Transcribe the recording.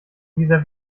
dieser